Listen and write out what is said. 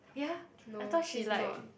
ya I thought she like